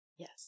Yes